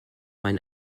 man